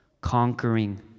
conquering